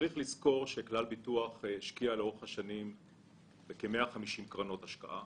צריך לזכור שכלל ביטוח השקיעה לאורך השנים כ-150 קרנות השקעה